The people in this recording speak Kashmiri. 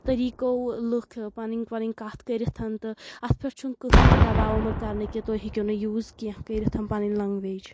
طٔریٖقو لٕکھ پنٕنۍ پنٕنۍ کتھ کٔرِتھ تہٕ اتھ پٮ۪ٹھ چھُنہٕ کہٕنۍ تہِ دباو آمُت کرنہٕ کہِ تُہۍ ہیٚکِو نہٕ کرُن یوز کینٛہہ کٔرِتھ پنٕنۍ لنگویج